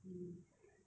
mm